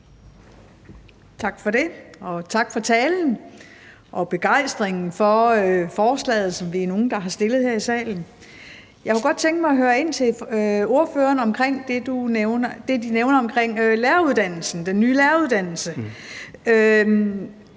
Tak for det, og tak for talen og begejstringen for forslaget, som vi er nogle der har fremsat her i salen. Jeg kunne godt tænke mig at høre ordføreren om det, han nævner om den nye læreruddannelse,